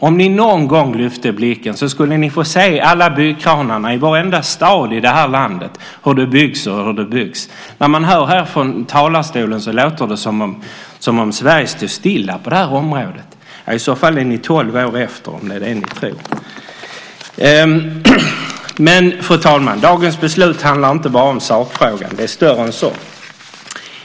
Om ni någon gång lyfte blicken skulle ni få se alla byggkranar i varenda stad i det här landet och hur det byggs och byggs. När man lyssnar på det som sägs från talarstolen låter det som om Sverige stod stilla på detta område. Om det är det som ni tror är ni tolv år efter. Fru talman! Dagens beslut handlar inte bara om sakfrågan. Det är större än så.